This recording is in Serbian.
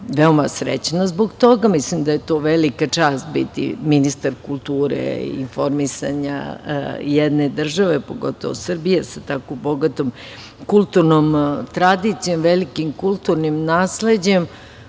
veoma srećna zbog toga. Mislim da je to velika čast biti ministar kulture i informisanja jedne države, pogotovo Srbije, sa tako bogatom kulturnom tradicijom, velikim kulturnim nasleđem,